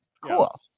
cool